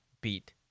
beat